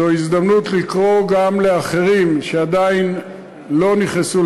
וזו הזדמנות לקרוא גם לאחרים שעדיין לא נכנסו